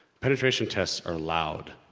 penetration tests are loud!